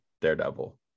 Daredevil